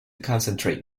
concentrate